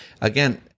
Again